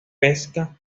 pesca